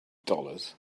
dollars